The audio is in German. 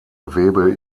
gewebe